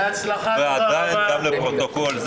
ועדיין לפרוטוקול,